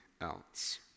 else